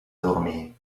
dormir